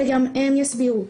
שגם הם יסבירו,